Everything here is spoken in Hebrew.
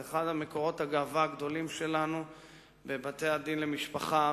זה אחד ממקורות הגאווה הגדולים שלנו בבתי-הדין למשפחה,